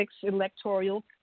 electoral